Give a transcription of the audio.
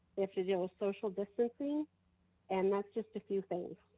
they have to deal with social distancing and that's just a few things.